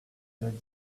that